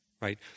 Right